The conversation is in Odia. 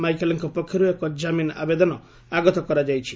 ମାଇକେଲଙ୍କ ପକ୍ଷର୍ ଏକ ଜାମିନ ଆବେଦନ ଆଗତ କରାଯାଇଛି